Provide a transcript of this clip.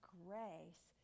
grace